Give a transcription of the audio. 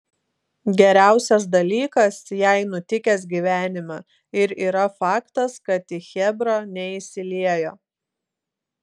geriausias dalykas jai nutikęs gyvenime ir yra faktas kad į chebrą neįsiliejo